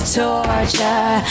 torture